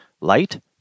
light